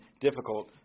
difficult